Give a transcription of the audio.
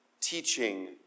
teaching